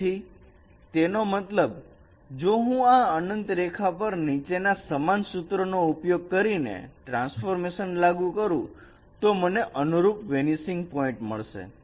તેથી તેનો મતલબ જો હું આ અનંત રેખા પર નીચેના સમાન સૂત્રનો ઉપયોગ કરીને ટ્રાન્સફોર્મેશન લાગુ કરું તો મને અનુરૂપ વેનીસિંગ પોઈન્ટ મળશે